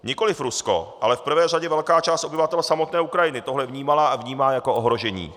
Nikoliv Rusko, ale v prvé řadě velká část obyvatel samotné Ukrajiny tohle vnímala a vnímá jako ohrožení.